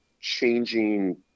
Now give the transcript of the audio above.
changing